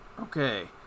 Okay